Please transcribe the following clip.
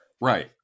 Right